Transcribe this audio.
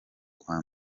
kwa